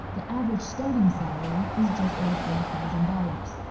the average starting salary is just over forty thousand dollars.